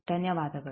ಧನ್ಯವಾದಗಳು